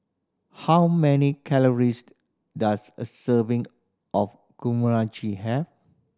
how many calories does a serving of have